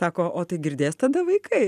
sako o tai girdės tada vaikai